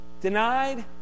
Denied